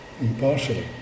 impartially